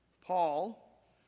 Paul